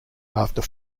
after